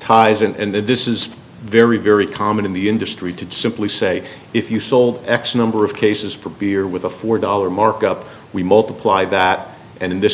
ties in and this is very very common in the industry to simply say if you sold x number of cases for beer with a four dollar markup we multiply that and in this